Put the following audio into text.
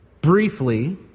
briefly